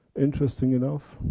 interesting enough,